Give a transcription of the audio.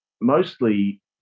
mostly